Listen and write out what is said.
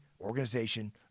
organization